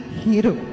hero